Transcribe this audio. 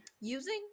using